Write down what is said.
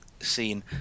scene